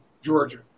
Georgia